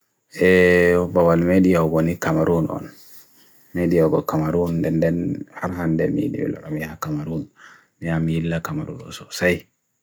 Eeebawal mediyaw bwani kamaroun on, mediyaw go kamaroun den den, harhan den mediyaw loramiyah kamaroun, ni amiyah la kamaroun also. Say!